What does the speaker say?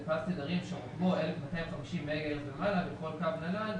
לפס תדרים שרוחבו 1,250 מגה-הרץ ומעלה בכל קו נל"ן,